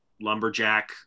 lumberjack